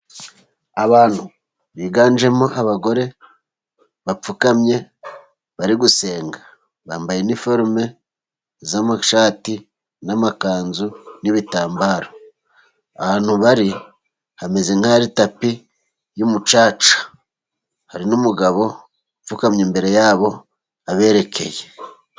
Abantu biganjemo abagore bapfukamye bari gusenga, bambaye iniforume z'amashati, n'amakanzu, n'ibitambaro, ahantu bari hameze nkaho ari tapi y'umucaca, hari n'umugabo upfukamye imbere yabo aberekeye.